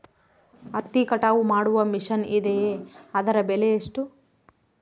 ಹತ್ತಿ ಕಟಾವು ಮಾಡುವ ಮಿಷನ್ ಇದೆಯೇ ಅದರ ಬೆಲೆ ಎಷ್ಟು?